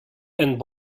and